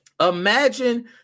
Imagine